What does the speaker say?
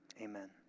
Amen